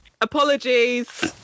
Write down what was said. apologies